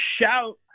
shout